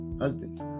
Husbands